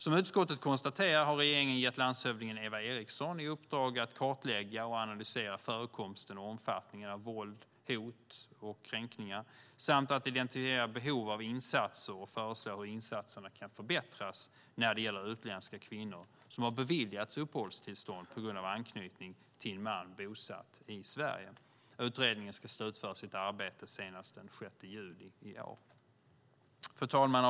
Som utskottet konstaterar har regeringen gett landshövding Eva Eriksson i uppdrag att kartlägga och analysera förekomsten och omfattningen av våld, hot och kränkningar samt att identifiera behov av insatser och föreslå hur insatserna kan förbättras när det gäller utländska kvinnor som har beviljats uppehållstillstånd på grund av anknytning till man bosatt i Sverige. Utredningen ska slutföra sitt arbete senast den 6 juli i år. Fru talman!